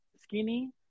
skinny